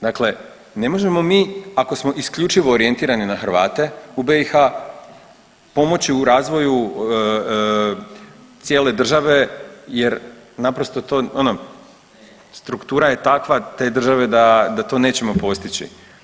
Dakle, ne možemo mi ako smo isključivo orijentirani na Hrvate u BiH pomoći u razvoju cijele države jer naprosto to ono struktura je takva te države da to nećemo postići.